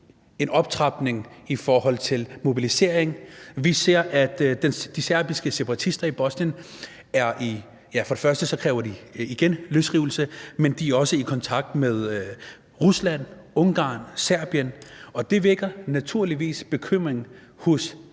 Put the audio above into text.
en optrapning i forhold til en mobilisering. Vi ser, at de serbiske separatister i Bosnien igen kræver løsrivelse, men de er også i kontakt med Rusland, Ungarn, Serbien, og det vækker naturligvis bekymring hos